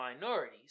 minorities